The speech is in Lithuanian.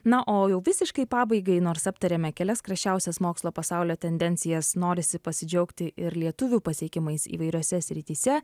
na o jau visiškai pabaigai nors aptarėme kelias karščiausias mokslo pasaulio tendencijas norisi pasidžiaugti ir lietuvių pasiekimais įvairiose srityse